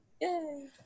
Yay